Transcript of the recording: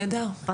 אני צח